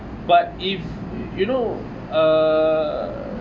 but if you know err